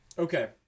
Okay